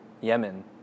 Yemen